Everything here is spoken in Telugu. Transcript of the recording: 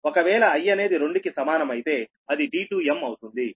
ఒకవేళ I అనేది 2 కి సమానం అయితే అది d2m అవుతుంది